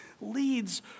leads